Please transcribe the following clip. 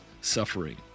suffering